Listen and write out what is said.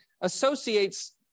associates